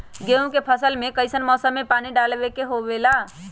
गेहूं के फसल में कइसन मौसम में पानी डालें देबे के होला?